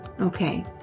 Okay